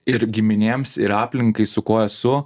ir giminėms ir aplinkai su kuo esu